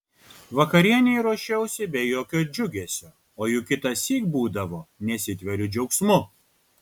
vakarienei ruošiausi be jokio džiugesio o juk kitąsyk būdavo nesitveriu džiaugsmu